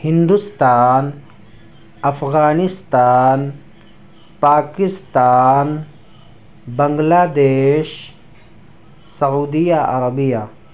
Hindustan Afghanistan Pakistan Bangladesh Saudi Arabia